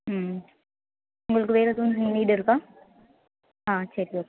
ம் உங்களுக்கு வேற எதுவும் நீட் இருக்கா ஆ சரி ஓகே